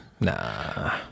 Nah